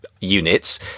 units